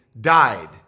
died